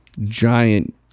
giant